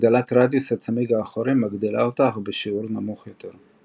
הגדלת רדיוס הצמיג האחורי מגדילה אותה אך בשיעור נמוך יותר.